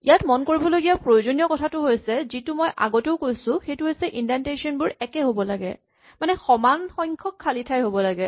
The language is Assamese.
ইয়াত মন কৰিবলগীয়া প্ৰয়োজনীয় কথাটো যিটো মই আগতেও কৈছো সেইটো হৈছে ইন্ডেন্টেচন বোৰ একে হ'ব লাগে মানে সমান সংখ্যক খালী ঠাই হ'ব লাগে